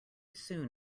soon